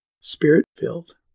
spirit-filled